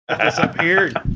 disappeared